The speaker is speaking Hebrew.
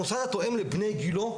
האם הוא לומד במוסד התואם לבני גילו?